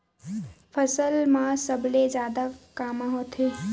फसल मा सबले जादा कामा होथे?